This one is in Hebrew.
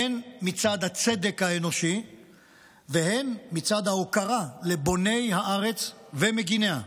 הן מצד הצדק האנושי והן מצד ההוקרה לבוני הארץ ומגיניה.